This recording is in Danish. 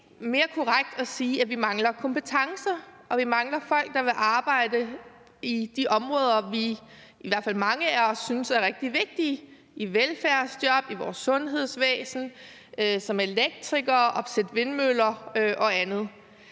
mere korrekt at sige, at vi mangler kompetencer, og at vi mangler folk, der vil arbejde inden for de områder, som i hvert fald mange af os synes er rigtig vigtige, i velfærdsjob, i vores sundhedsvæsen, som elektrikere, med at opsætte vindmøller og andet?